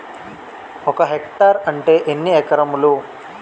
ఒక హెక్టార్ అంటే ఎన్ని ఏకరములు?